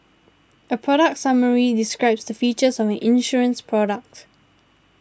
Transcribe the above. a product summary describes the features of an insurance product